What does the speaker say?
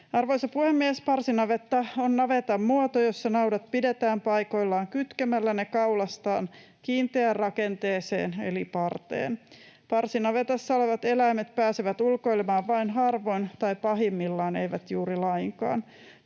Arvoisa puhemies! Parsinavetta on navetan muoto, jossa naudat pidetään paikoillaan kytkemällä ne kaulastaan kiinteään rakenteeseen eli parteen. Parsinavetassa oleva eläimet pääsevät ulkoilemaan vain harvoin tai pahimmillaan eivät juuri lainkaan.